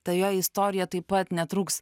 ta jo istorija taip pat netrūks